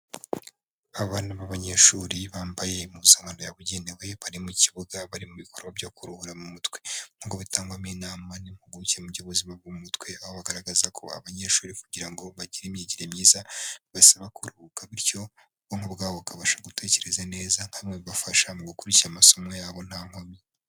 Abana b'abanyeshuri bambaye impuzankano yabugenewe, bari mu kibuga, bari mu bikorwa byo kuruhura mu mutwe, nkuko bitangwamo inama n'impuguke mu by'ubuzima bwo mu mutwe aho bagaragaza ko abanyeshuri kugira ngo bagire imyigire myiza basaba kuruhuka, bityo ubwonko bwabo bukabasha gutekereza neza, nka hamwe bibafasha mu gukurikira amasomo yabo nta nkomyi.